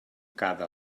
cada